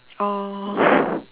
oh